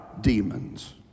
demons